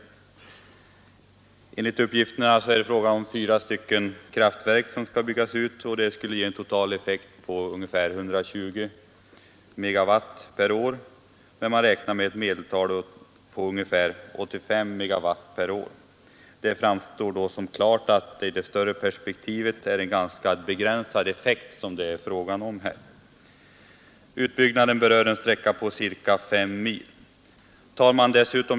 Det är nu fråga om en utbyggnad av fyra kraftverk, som skulle ge en total effekt på ca 120 megawatt, och man räknar med ett medeltal på ungefär 84,5 megawatt per år. Det framstår då som klart att det i ett större perspektiv är fråga om en ganska begränsad effekt. Utbyggnaden berör en sträcka på ca 5 mil.